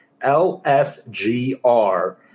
LFGR